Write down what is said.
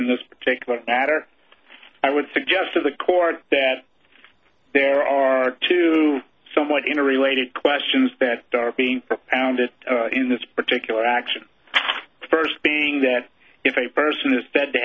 in this particular matter i would suggest to the court that there are two somewhat in a related questions that are being pounded in this particular action first being that if a person is said to